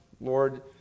Lord